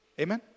Amen